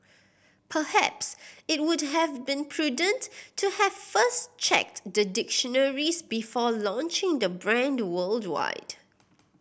perhaps it would have been prudent to have first checked the dictionaries before launching the brand worldwide